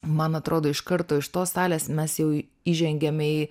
man atrodo iš karto iš tos salės mes jau įžengiame į